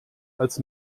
als